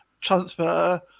transfer